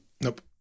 Nope